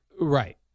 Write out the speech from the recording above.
Right